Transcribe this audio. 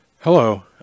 Hello